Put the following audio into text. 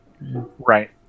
Right